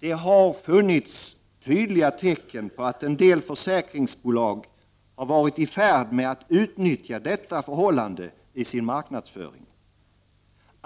Det har funnits tydliga tecken på att en del försäkringsbolag var i färd med att utnyttja detta förhållande i sin marknadsföring.